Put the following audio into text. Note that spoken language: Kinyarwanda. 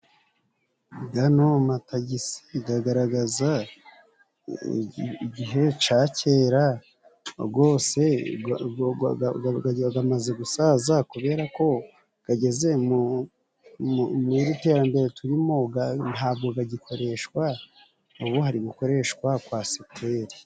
Gano matagisi gagaragaza igihe ca kera, gwose gamaze gusaza kubera ko gageze mu iri terambere turimo ntabwo gagikoreshwa ubu hari gukoreshwa kwasiteri.